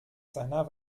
seiner